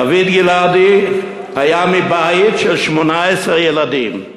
דוד גלעדי בא מבית של 18 ילדים.